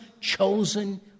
chosen